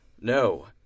No